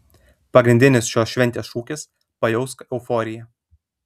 pagrindinis šios šventės šūkis pajausk euforiją